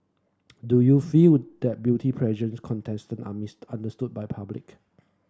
do you feel that beauty contestant are missed understood by public